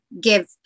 give